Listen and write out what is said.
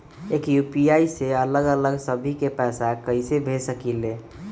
एक यू.पी.आई से अलग अलग सभी के पैसा कईसे भेज सकीले?